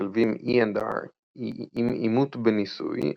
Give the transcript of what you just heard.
המשלבים E&R עם אימות בניסוי,